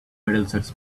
middlesex